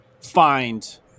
find